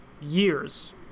years